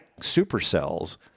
supercells